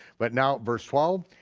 but now, verse twelve,